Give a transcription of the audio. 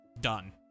done